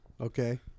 Okay